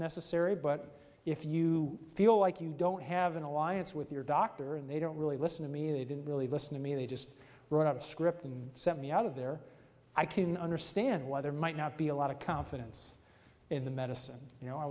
necessary but if you feel like you don't have an alliance with your doctor and they don't really listen to me they didn't really listen to me they just wrote out a script and sent me out of there i couldn't understand why there might not be a lot of confidence in the medicine you know i